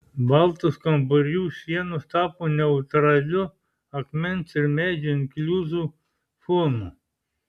baltos kambarių sienos tapo neutraliu akmens ir medžio inkliuzų fonu